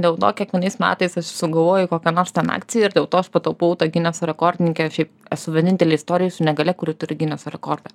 dėl to kiekvienais metais aš sugalvoju kokią nors ten akciją ir dėl to aš pataupau ta gineso rekordininke o šiaip esu vienintelė istorijoj su negalia kuri turi gineso rekordą